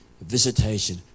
visitation